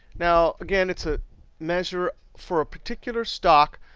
now, again, it's a measure for a particular stock,